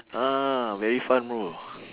ah very fun bro